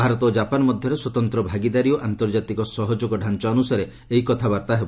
ଭାରତ ଓ ଜାପାନ ମଧ୍ୟରେ ସ୍ୱତନ୍ତ ଭାଗିଦାରୀ ଓ ଆନ୍ତର୍ଜାତିକ ସହଯୋଗ ଢାଞ୍ଚା ଅନୁସାରେ ଏହି କଥାବାର୍ତ୍ତା ହେବ